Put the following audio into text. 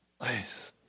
Nice